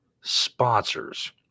sponsors